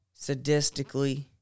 Sadistically